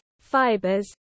fibers